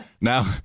now